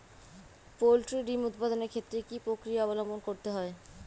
Poultry ডিম উৎপাদনের ক্ষেত্রে কি পক্রিয়া অবলম্বন করতে হয়?